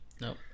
No